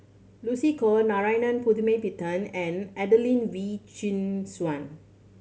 Lucy Koh Narana Putumaippittan and Adelene Wee Chin Suan